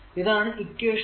ഇതാണ് ഇക്വേഷൻ 1